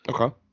Okay